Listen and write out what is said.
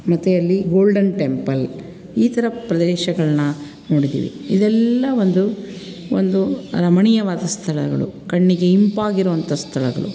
ಮತ್ತು ಅಲ್ಲಿ Golden Temple ಈ ಥರ ಪ್ರದೇಶಗಳನ್ನ ನೋಡಿದ್ದೀವಿ ಇದೆಲ್ಲ ಒಂದು ಒಂದು ರಮಣೀಯವಾದ ಸ್ಥಳಗಳು ಕಣ್ಣಿಗೆ ಇಂಪಾಗಿರೋಂಥ ಸ್ಥಳಗಳು